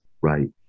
right